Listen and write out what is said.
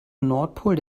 nordpol